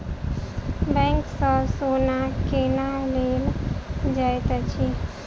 bank सँ सोना केना लेल जाइत अछि